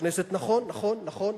היתה יושבת-ראש כנסת, נכון, נכון.